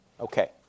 Okay